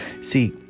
See